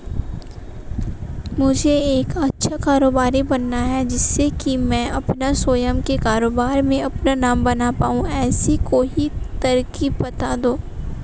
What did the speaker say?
मुझे एक अच्छा कारोबारी बनना है जिससे कि मैं अपना स्वयं के कारोबार में अपना नाम बना पाऊं ऐसी कोई तरकीब पता दो?